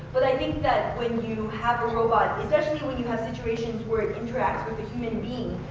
but i think that, when you have a robot, especially when you have situations where it interacts with the human being,